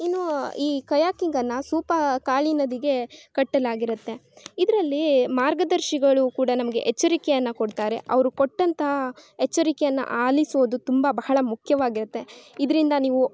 ಇನ್ನು ಈ ಕಯಾಕಿಂಗನ್ನು ಸೂಪ ಕಾಳಿ ನದಿಗೆ ಕಟ್ಟಲಾಗಿರುತ್ತೆ ಇದ್ರಲ್ಲಿ ಮಾರ್ಗದರ್ಶಿಗಳು ಕೂಡ ನಮಗೆ ಎಚ್ಚರಿಕೆಯನ್ನು ಕೊಡ್ತಾರೆ ಅವರು ಕೊಟ್ಟಂತಹ ಎಚ್ಚರಿಕೆಯನ್ನು ಆಲಿಸೋದು ತುಂಬ ಬಹಳ ಮುಖ್ಯವಾಗಿರುತ್ತೆ ಇದರಿಂದ ನೀವು